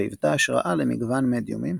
והיוותה השראה למגוון מדיומים,